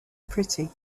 pretty